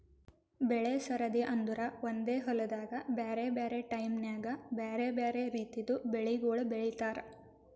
ಬೆಳೆ ಸರದಿ ಅಂದುರ್ ಒಂದೆ ಹೊಲ್ದಾಗ್ ಬ್ಯಾರೆ ಬ್ಯಾರೆ ಟೈಮ್ ನ್ಯಾಗ್ ಬ್ಯಾರೆ ಬ್ಯಾರೆ ರಿತಿದು ಬೆಳಿಗೊಳ್ ಬೆಳೀತಾರ್